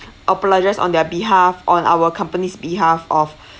apologise on their behalf on our company's behalf of